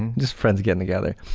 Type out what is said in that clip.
just friends getting together.